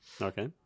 Okay